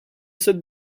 cette